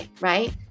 right